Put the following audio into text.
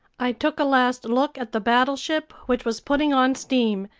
i took a last look at the battleship, which was putting on steam.